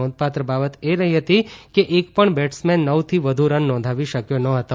નોંધપાત્ર બાબતએ રહી કે એક પણ બેટ્સમેન નવથી વધુ રન નોંધાવી શક્યો ન હતો